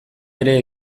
ere